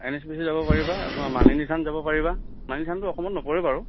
N H P C যাব পাৰিবা তোমাৰ মালিনী থান যাব পাৰিবা মালিনী থানটো অসমত নপৰে বাৰু